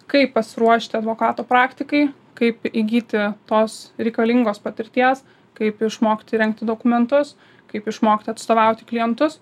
kaip pasiruošti advokato praktikai kaip įgyti tos reikalingos patirties kaip išmokti rengti dokumentus kaip išmokti atstovauti klientus